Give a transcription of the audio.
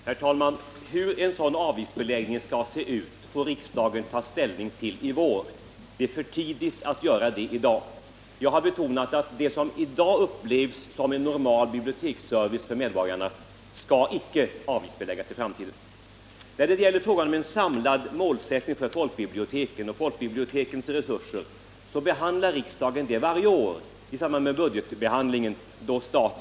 Herr talman! Hur en sådan avgiftsbeläggning skall se ut får riksdagen ta ställning till i vår. Det är för tidigt att göra det i dag. Jag har betonat att det som i dag upplevs som en normal biblioteksservice för medborgarna icke skall avgiftbeläggas i framtiden. Nn Frågan om en samlad målsättning för folkbiblioteken och dessas resurser behandlas varje år av riksdagen i samband med budgetpropositionen.